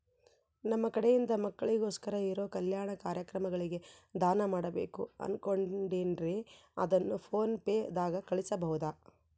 ನಮ್ಮ ಕಡೆಯಿಂದ ಮಕ್ಕಳಿಗೋಸ್ಕರ ಇರೋ ಕಲ್ಯಾಣ ಕಾರ್ಯಕ್ರಮಗಳಿಗೆ ದಾನ ಮಾಡಬೇಕು ಅನುಕೊಂಡಿನ್ರೇ ಅದನ್ನು ಪೋನ್ ಪೇ ದಾಗ ಕಳುಹಿಸಬಹುದಾ?